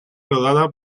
rodada